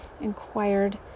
inquired